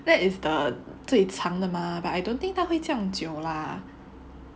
that is the 最长的 mah but I don't think 它会这样久 lah